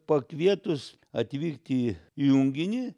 pakvietus atvykti į junginį